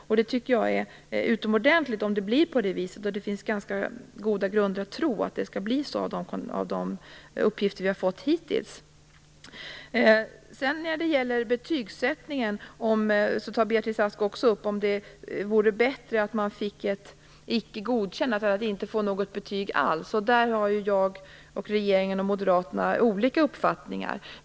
Jag tycker att det är utomordentligt om det blir på det viset. Det finns goda grunder att tro att det skall bli så, att döma av de uppgifter vi har fått hittills. När det gäller betygsättningen tar Beatrice Ask också upp frågan om det vore bättre att man fick betyget icke godkänd än att inte få något betyg alls. Där har jag och regeringen en uppfattning som skiljer sig från moderaternas.